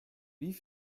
wie